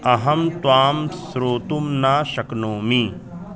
अहं त्वां श्रोतुं न शक्नोमि